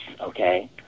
okay